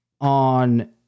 on